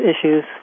issues